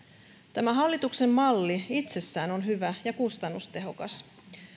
tämä hallituksen malli itsessään on hyvä ja kustannustehokas